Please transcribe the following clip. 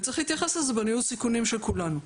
וצריך להתייחס לזה בניהול סיכונים של כולנו.